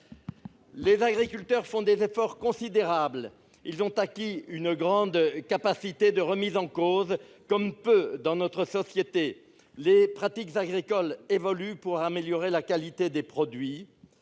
Les agriculteurs font des efforts considérables. Ils ont acquis une grande capacité de remise en cause, comme peu de personnes dans notre société. Les pratiques agricoles évoluent pour améliorer la qualité des produits.